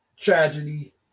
tragedy